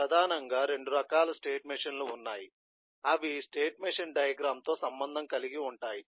ప్రధానంగా 2 రకాల స్టేట్ మెషీన్లు ఉన్నాయి అవి స్టేట్ మెషిన్ డయాగ్రమ్ తో సంబంధం కలిగి ఉంటాయి